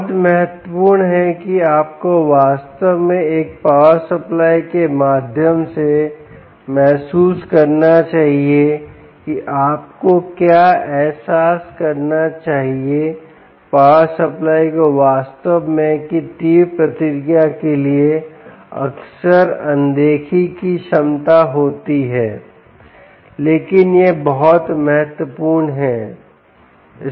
बहुत महत्वपूर्ण है कि आपको वास्तव में एक पावर सप्लाई के माध्यम से महसूस करना चाहिए कि आपको क्या एहसास करना चाहिए पावर सप्लाई को वास्तव में कि तीव्र प्रतिक्रिया के लिए अक्सर अनदेखी की क्षमता होती है लेकिन यह बहुत महत्वपूर्ण बहुत महत्वपूर्ण है